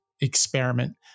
experiment